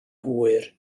hwyr